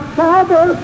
father